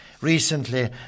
Recently